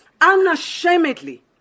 unashamedly